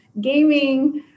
gaming